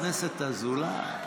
חבר הכנסת אזולאי,